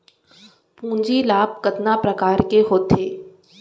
पूंजी लाभ कतना प्रकार के होथे?